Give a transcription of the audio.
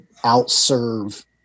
outserve